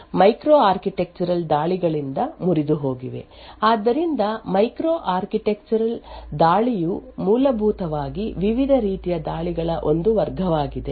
ಆದ್ದರಿಂದ micro architectural ದಾಳಿಯು ಮೂಲಭೂತವಾಗಿ ವಿವಿಧ ರೀತಿಯ ದಾಳಿಗಳ ಒಂದು ವರ್ಗವಾಗಿದೆ ಉದಾಹರಣೆಗೆ ಈ ಪಟ್ಟಿಯು ಕೆಲವು ಪ್ರಸಿದ್ಧ ಮೈಕ್ರೋ ಆರ್ಕಿಟೆಕ್ಚರಲ್ ದಾಳಿಗಳನ್ನು ಒದಗಿಸುತ್ತದೆ ಆದ್ದರಿಂದ cache timing branch prediction row hammer ರೀತಿಯ ದಾಳಿಗಳು ಎಲ್ಲಾ ಸೂಕ್ಷ್ಮ ವಾಸ್ತುಶಿಲ್ಪದ ದಾಳಿಗಳಾಗಿವೆ